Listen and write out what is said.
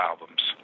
albums